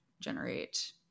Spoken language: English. generate